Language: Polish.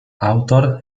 autor